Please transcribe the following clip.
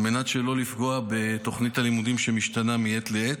על מנת שלא לפגוע בתוכנית הלימודים שמשתנה מעת לעת.